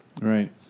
right